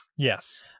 Yes